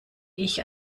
ich